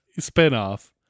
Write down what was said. spinoff